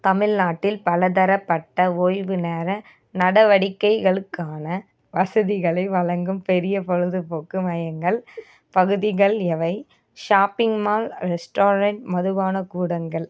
தமிழ்நாட்டில் பலதரப்பட்ட ஓய்வுநேர நடவடிக்கைகளுக்கான வசதிகளை வழங்கும் பெரிய பொழுதுபோக்கு மையங்கள் பகுதிகள் எவை ஷாப்பிங் மால் ரெஸ்டாரன்ட் மதுபானக் கூடங்கள்